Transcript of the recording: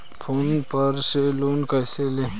Phone पर से loan कैसे लें?